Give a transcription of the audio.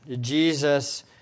Jesus